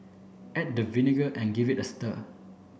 add the vinegar and give it a stir